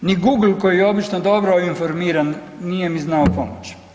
Ni Google koji je obično dobro informiran nije mi znao pomoći.